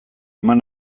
eman